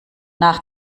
nach